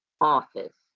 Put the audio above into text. office